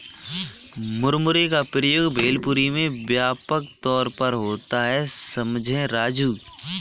मुरमुरे का प्रयोग भेलपुरी में व्यापक तौर पर होता है समझे राजू